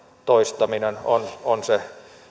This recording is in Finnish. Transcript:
toistaminen on on se